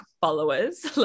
followers